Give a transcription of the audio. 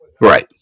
Right